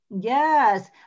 Yes